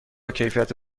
کیفیت